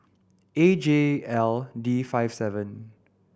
A J L D five seven